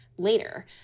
Later